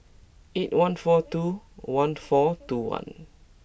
eight one four two one four two one